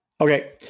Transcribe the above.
Okay